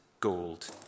Gold